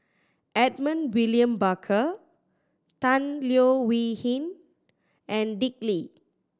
Edmund William Barker Tan Leo Wee Hin and Dick Lee